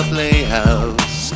Playhouse